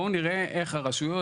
בואו נראה איך הרשויות,